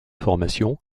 formation